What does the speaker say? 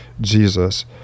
Jesus